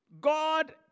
God